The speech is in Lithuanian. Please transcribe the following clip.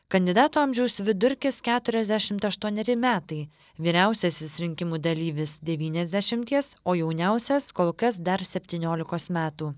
kandidatų amžiaus vidurkis keturiasdešimt aštuoneri metai vyriausiasis rinkimų dalyvis devyniasdešimties o jauniausias kol kas dar septyniolikos metų